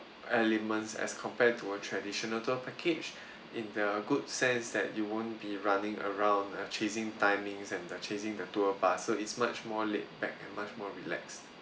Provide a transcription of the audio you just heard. elements as compared to a traditional tour package in the good sense that you won't be running around and chasing timings and the chasing the tour bus so it's much more laid back and much more relaxed